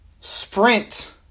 sprint